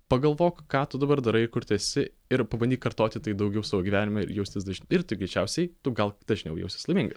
pagalvok ką tu dabar darai ir kur tu esi ir pabandyk kartoti tai daugiau savo gyvenime ir jaustis daž ir tu greičiausiai tu gal dažniau jausies laiminga